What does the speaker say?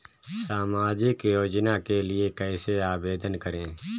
सामाजिक योजना के लिए कैसे आवेदन करें?